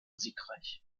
siegreich